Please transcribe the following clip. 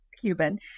Cuban